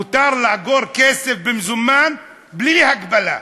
מותר לאגור כסף במזומן בלי הגבלה,